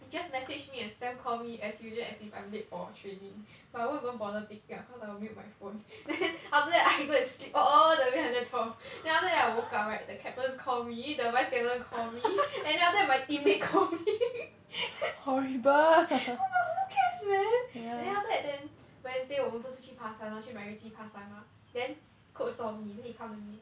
just message me and spam call me as usual as if I'm late for training but I won't even bother picking up cause I will mute my phone then after that I go and sleep all the way until twelve then after that then I woke up right the capatins call me the vice captain call me and then after that my teammates call me oh but who cares man and then after that then wednesday 我们不是去爬山 lor 去 macritchie 爬山 mah then coach saw me then he come to me